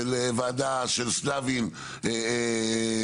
של וועדה של סלבין בזמנו,